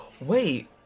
Wait